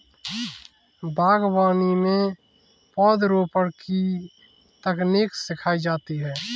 बागवानी में पौधरोपण की तकनीक सिखाई जाती है